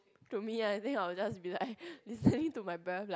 to me I think I'll just be like listening to my breath like